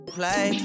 play